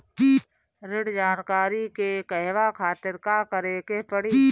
ऋण की जानकारी के कहवा खातिर का करे के पड़ी?